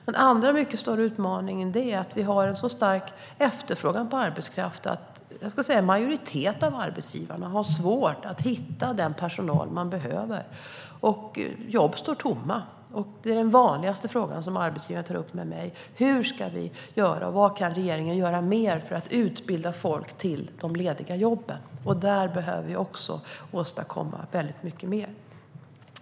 Den andra stora utmaningen är att vi har en så stark efterfrågan på arbetskraft att en majoritet av arbetsgivarna har svårt att hitta den personal de behöver. Jobb står tomma. Den vanligaste fråga som arbetsgivare tar upp med mig är vad regeringen kan göra för att utbilda folk till de lediga jobben. Där behöver vi också åstadkomma väldigt mycket mer.